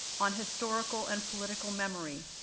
on historical and political memory,